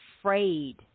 afraid